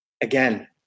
again